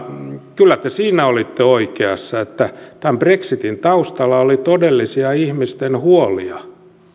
kyllä te siinä olitte oikeassa että tämän brexitin taustalla oli todellisia ihmisten huolia